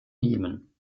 jemen